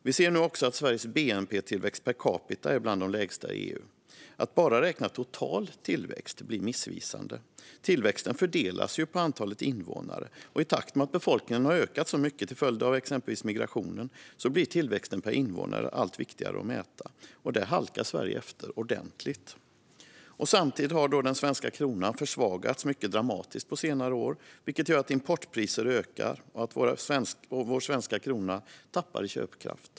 Vi ser nu också att Sveriges bnp-tillväxt per capita är bland de lägsta i EU. Att bara räkna total tillväxt blir missvisande. Tillväxten fördelas ju på antalet invånare. I takt med att befolkningen ökat så mycket till följd av exempelvis migrationen blir tillväxten per invånare allt viktigare att mäta. Och där halkar Sverige efter ordentligt. Samtidigt har den svenska kronan försvagats mycket dramatiskt på senare år, vilket gör att importpriser ökar och att vår svenska krona tappar i köpkraft.